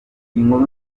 inkuru